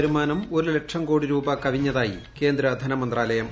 വരുമാനം ഒരു ലക്ഷം കോടി രൂപ കവിഞ്ഞതായി കേന്ദ്ര ധനമന്ത്രാലയം